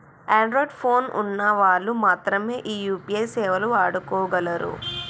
Android phone ఉన్న వాళ్ళు మాత్రమె ఈ యూ.పీ.ఐ సేవలు వాడుకోగలరు